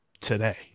today